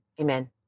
amen